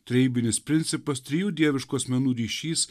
trejybinis principas trijų dieviškų asmenų ryšys